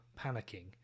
panicking